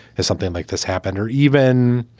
and something like this happened or even,